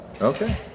okay